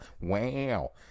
wow